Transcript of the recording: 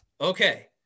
Okay